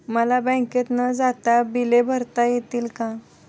मला बँकेत न जाता बिले भरता येतील का?